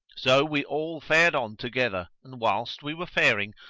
so we all fared on together, and, whilst we were faring,